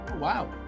wow